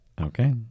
Okay